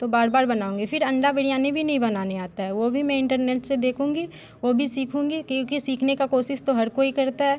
तो बार बार बनाऊँगी फिर अंडा बिरयानी भी नहीं बनाने आता है वो भी मैं इंटरनेट से देखूँगी वो भी सीखूँगी क्योंकि सीखने का कोशिश तो हर कोई करता है